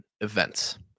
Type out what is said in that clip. events